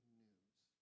news